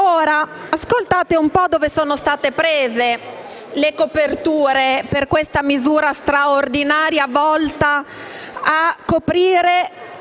Ora ascoltate dove sono state prese le coperture per questa misura straordinaria volta a coprire